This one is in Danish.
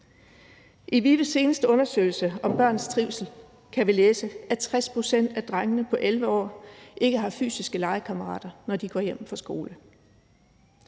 I VIVE's seneste undersøgelse om børns trivsel kan vi læse, at 60 pct. af drengene på 11 år ikke har fysiske legekammerater, når de går hjem fra skole.